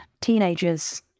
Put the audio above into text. teenagers